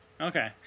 Okay